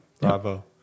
Bravo